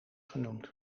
genoemd